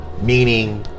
Meaning